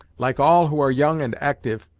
like all who are young and actyve,